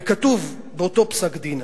וכתוב באותו פסק-דין,